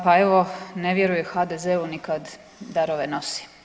Pa evo ne vjeruj HDZ-u ni kad darove nosi.